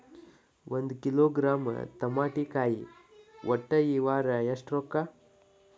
ಒಂದ್ ಕಿಲೋಗ್ರಾಂ ತಮಾಟಿಕಾಯಿ ಒಟ್ಟ ಈ ವಾರ ಎಷ್ಟ ರೊಕ್ಕಾ?